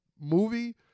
movie